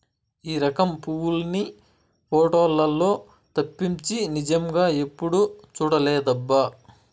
ఈ రకం పువ్వుల్ని పోటోలల్లో తప్పించి నిజంగా ఎప్పుడూ చూడలేదబ్బా